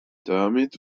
damit